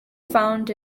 found